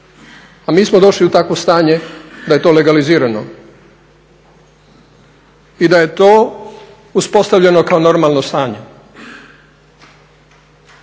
a mi smo došli u takvo stanje da je to legalizirano i da je to uspostavljeno kao normalno stanje.